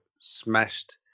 smashed